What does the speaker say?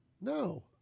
No